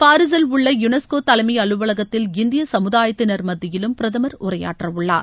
பாரிசில் உள்ள யுனெஸ்கோ தலைமை அலுவலகத்தில் இந்திய சமுதாயத்தினர் மத்தியிலும் பிரதமர் உரையாற்ற உள்ளார்